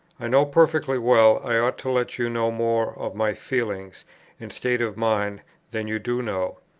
i know perfectly well, i ought to let you know more of my feelings and state of mind than you do know.